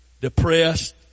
depressed